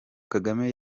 kagame